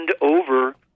over